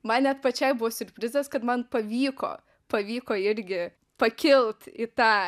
man net pačiai buvo siurprizas kad man pavyko pavyko irgi pakilt į tą